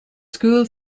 school